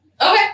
Okay